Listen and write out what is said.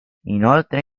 inoltre